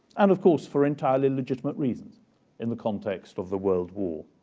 and of course, for entirely legitimate reasons in the context of the world war,